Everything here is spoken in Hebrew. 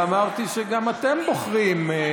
ואמרתי שגם אתם בוחרים,